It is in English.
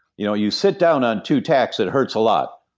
you know you sit down on two tacks, it hurts a lot.